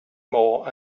more